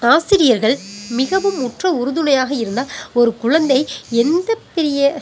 ஆசிரியர்கள் மிகவும் உற்ற உறுதுணையாக இருந்த ஒரு குழந்தை எந்த பெரிய